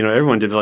and everyone did.